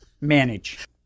manage